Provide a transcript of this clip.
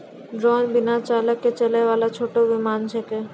drone बिना चालक के चलै वाला छोटो विमान छेकै